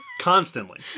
Constantly